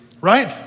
right